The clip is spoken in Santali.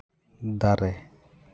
ᱫᱟᱨᱮ